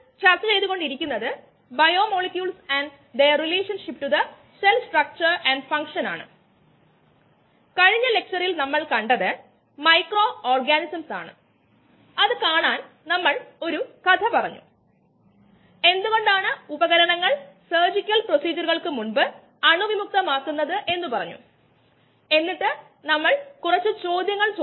കഴിഞ്ഞ പ്രഭാഷണത്തിൽ ഒരു ബയോ റിയാക്ടറിൽ നിന്നുള്ള രണ്ട് പ്രധാന ഉൽപ്പന്നങ്ങൾ കോശങ്ങൾ തന്നെയാകാം അല്ലെങ്കിൽ കോശങ്ങളാൽ ഉൽപാദിപ്പിക്കുന്ന ഉൽപ്പന്നങ്ങൾ ആകാമെന്നു നമ്മൾ ആ സമയം പറഞ്ഞു ഈ പ്രഭാഷണത്തിൽ നമ്മൾ അതിനെ കുറച്ചുകൂടി റിഫൈൻ ചെയ്യും